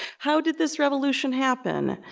how did this revolution happen?